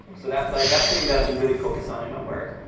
so that like, that's something that i've been really focused on in my work,